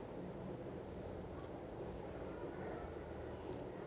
ప్రధాన మంత్రి ఉజ్వల్ యోజన లో ఎవరెవరు అప్లయ్ చేస్కోవచ్చు? పైసల్ ఎట్లస్తయి?